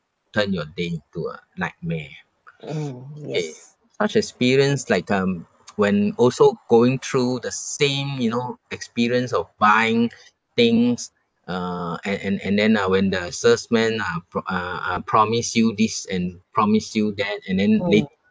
turn your day into a nightmare ah K such experience like um when also going through the same you know experience of buying things uh and and and then uh when the salesman uh pro~ uh uh promise you this and promise you that and then later